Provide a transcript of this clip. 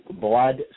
blood